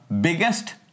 biggest